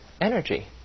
energy